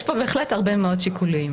יש פה בהחלט הרבה מאוד שיקולים.